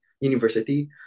university